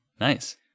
Nice